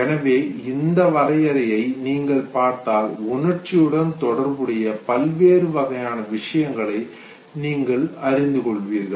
எனவே இந்த வரையறையை நீங்கள் பார்த்தால் உணர்ச்சியுடன் தொடர்புடைய பல்வேறு வகையான விஷயங்களை நீங்கள் அறிந்து கொள்வீர்கள்